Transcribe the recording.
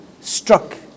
struck